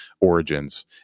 origins